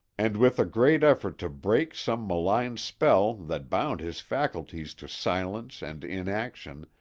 and with a great effort to break some malign spell that bound his faculties to silence and inaction,